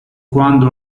quando